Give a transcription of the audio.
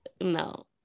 no